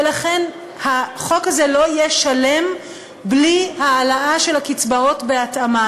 לכן החוק הזה לא יהיה שלם בלי העלאה של הקצבאות בהתאמה.